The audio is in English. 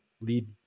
lead